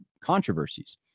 controversies